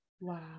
Wow